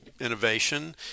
innovation